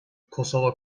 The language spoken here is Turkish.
kosova